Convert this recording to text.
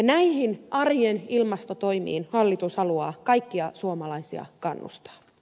näihin arjen ilmastotoimiin hallitus haluaa kaikkia suomalaisia kannustaa